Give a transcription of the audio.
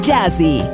Jazzy